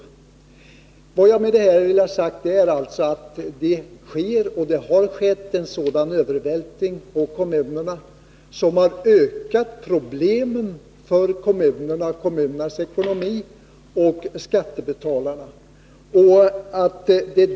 Vad jag med detta vill ha sagt är att det sker och har skett en sådan övervältring på kommunerna att det har ökat problemen för kommunernas ekonomi och för skattebetalarna.